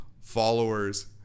followers